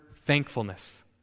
thankfulness